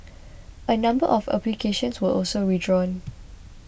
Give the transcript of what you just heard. a number of applications were also withdrawn